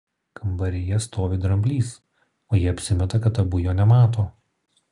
kambaryje stovi dramblys o jie apsimeta kad abu jo nemato